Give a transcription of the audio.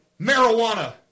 Marijuana